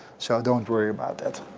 so don't worry about that.